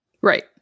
Right